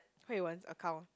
Hui Wen's account